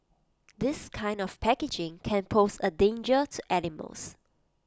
this kind of packaging can pose A danger to animals